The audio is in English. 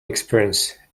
experience